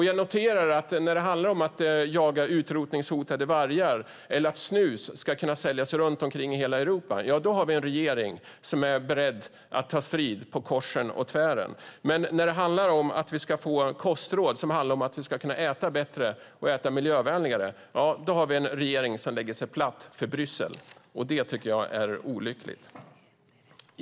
Jag noterar att när det handlar om att jaga utrotningshotade vargar eller att snus ska kunna säljas runt om i hela Europa har vi en regering som är beredd att ta strid kors och tvärs. Men när det gäller att vi ska få kostråd som handlar om att vi ska kunna äta bättre och miljövänligare har vi en regering som lägger sig platt för Bryssel. Det tycker jag är olyckligt.